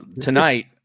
tonight